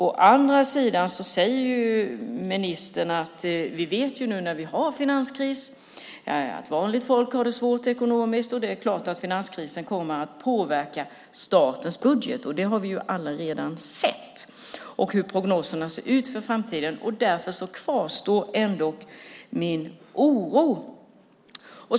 Å andra sidan säger ministern att vi vet att vi har en finanskris, att vanligt folk har det svårt ekonomiskt och det är klart att finanskrisen kommer att påverka statens budget. Vi har alla redan sett hur prognoserna ser ut för framtiden. Därför kvarstår ändå min oro.